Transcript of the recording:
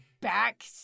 back